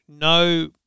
no